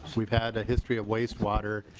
we've had a history of wastewater.